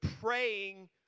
praying